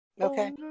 Okay